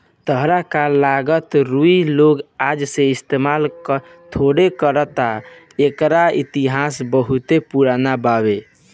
ताहरा का लागता रुई लोग आजे से इस्तमाल थोड़े करता एकर इतिहास बहुते पुरान बावे